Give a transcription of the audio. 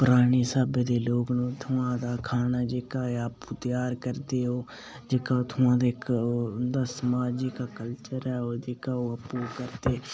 पराने स्हाबै दे लोग न उत्थुआं दा खाना जेह्का ऐ आपूं त्यार करदे ओह् जेह्का उत्थुआं दा इक्क ओह् समाज जेह्का कल्चर ऐ जेह्का ओह् आपूं करदे